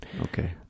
Okay